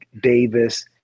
davis